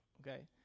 Okay